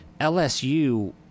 LSU